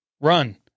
run